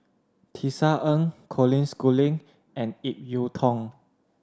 Tisa Ng Colin Schooling and Ip Yiu Tung